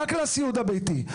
רק לסיעוד הביתי.